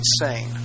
insane